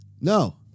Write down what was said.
No